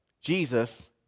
Jesus